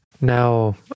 Now